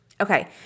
Okay